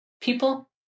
people